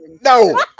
No